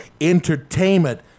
entertainment